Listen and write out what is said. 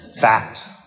fact